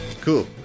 Cool